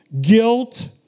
guilt